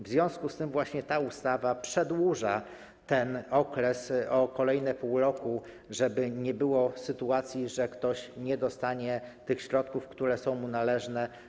W związku z tym ta ustawa przedłuża ten okres o kolejne pół roku, żeby nie było sytuacji, że ktoś nie dostanie tych środków, które są mu należne.